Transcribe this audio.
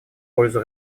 пользу